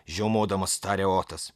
žiaumodamas tarė otas